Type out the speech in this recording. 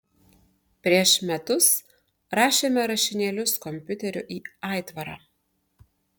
prieš metus rašėme rašinėlius kompiuteriu į aitvarą